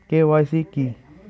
KYC কী?